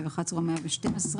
111 או 112,